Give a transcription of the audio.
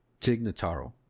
Tignataro